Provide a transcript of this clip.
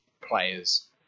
players